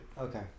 Okay